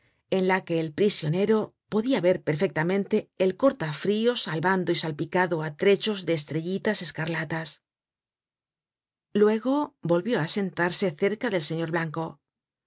en la que el prisionero podia ver perfectamente el corta frios albando y salpicado á trechos de estrellitas escarlatas luego volvió á sentarse cerca del señor blanco